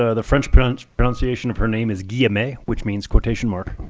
ah the french french pronunciation of her name is ghee-a-may, which means quotation mark.